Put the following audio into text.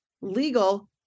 legal